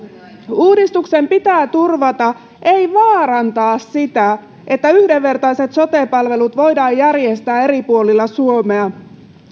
uudistuksen pitää turvata se ei vaarantaa sitä että yhdenvertaiset sote palvelut voidaan järjestää eri puolilla suomea